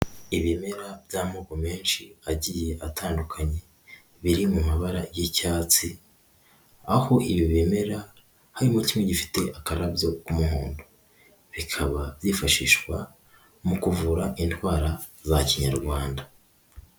Ibimera by'amoko menshi agiye atandukanye biri mu mabara y'icyatsi, aho ibi bimera harimo kimwe gifite akarabyo k'umuhondo, bikaba byifashishwa mu kuvura indwara za Kinyarwanda.